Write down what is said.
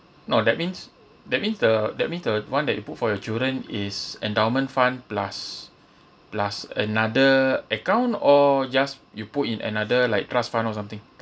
orh that means that means the that means the one that you put for your children is endowment fund plus plus another account or just you put in another like trust fund or something